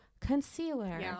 concealer